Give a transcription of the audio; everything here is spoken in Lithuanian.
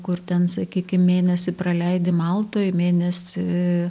kur ten sakykim mėnesį praleidi maltoj mėnesį